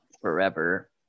forever